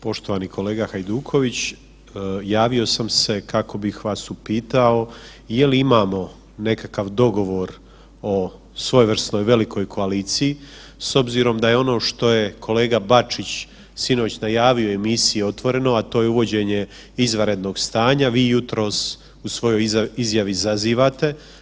Poštovani kolega Hajduković, javio sam se kako bih vas upitao je li imamo nekakav dogovor o svojevrsnoj velikoj koaliciji s obzirom da je ono što je kolega Bačić sinoć najavio u emisiji Otvoreno, a to je uvođenje izvanrednog stanja, vi jutros u svojoj izjavi zazivate.